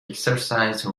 exercise